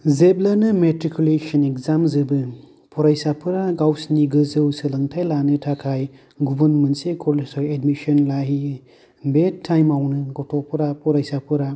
जेब्लानो matriculation exam जोबो फरायसाफोरा गावसिनि गोजौ सोलोंथाय लानो थाखाय गुबुन मोनसे कलेजाव एडमिसन लाहोयो बे टाइमावनो गथ'फोरा फरायसाफोरा